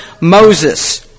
Moses